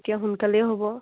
তেতিয়া সোনকালে হ'ব